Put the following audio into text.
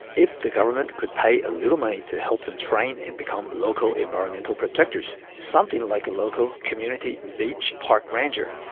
if the government could pay a little money to help them train and become local environmental protectors, something like a local community beach park ranger,